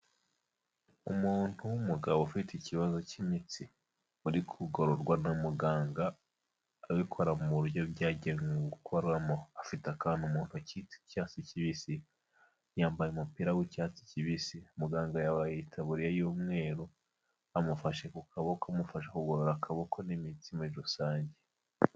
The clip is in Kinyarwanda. Umuntu w'umugabo ufite ikibazo cy'imitsi uri kugororwa na muganga abikora mu buryo bya gukoreramo afite akantu mu akitse icyatsi kibisi yambaye umupira w'icyatsi kibisi muganga yabaye yitaburiye y'umweru amufashe ku kaboko amufasha kugorora akaboko n'imitsi muri rusange.